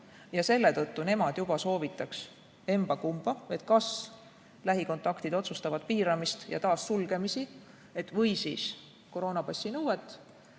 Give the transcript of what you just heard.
ja selle tõttu nemad soovitaks emba-kumba, kas lähikontaktide otsustavat piiramist ja taassulgemisi või siis koroonapassi nõuet,